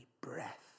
breath